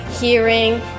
hearing